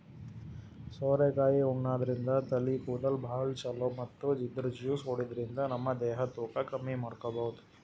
ಸೋರೆಕಾಯಿ ಉಣಾದ್ರಿನ್ದ ತಲಿ ಕೂದಲ್ಗ್ ಭಾಳ್ ಛಲೋ ಮತ್ತ್ ಇದ್ರ್ ಜ್ಯೂಸ್ ಕುಡ್ಯಾದ್ರಿನ್ದ ನಮ ದೇಹದ್ ತೂಕ ಕಮ್ಮಿ ಮಾಡ್ಕೊಬಹುದ್